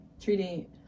treating